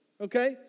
okay